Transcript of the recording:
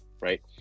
Right